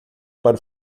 para